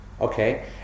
Okay